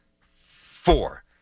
four